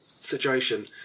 situation